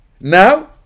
now